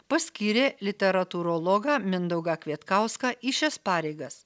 paskyrė literatūrologą mindaugą kvietkauską į šias pareigas